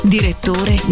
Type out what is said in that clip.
Direttore